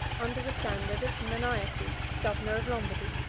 under the standard of maniaces, governor of lombardy.